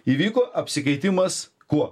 įvyko apsikeitimas kuo